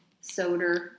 soda